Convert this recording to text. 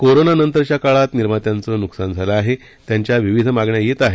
कोरोनानंतरच्या काळात निर्मात्यांचं नुकसान झालं आहे त्यांच्या विविध मागण्या येत आहेत